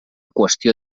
qüestió